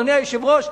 אדוני היושב-ראש,